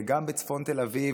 וגם בצפון תל אביב,